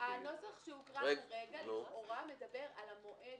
הנוסח שהוקרא כרגע לכאורה מדבר על המועד.